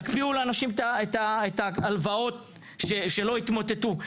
תקפיאו לאנשים את ההלוואות שלא יתמוטטו.